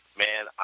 man